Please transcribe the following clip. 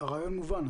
הרעיון מובן.